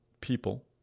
people